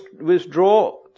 withdraw